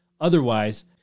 otherwise